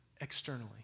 externally